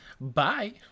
Bye